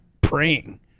praying